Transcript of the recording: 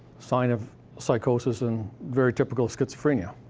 sign of psychosis and very typical of schizophrenia.